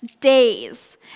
days